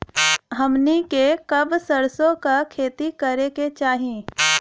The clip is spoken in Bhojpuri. हमनी के कब सरसो क खेती करे के चाही?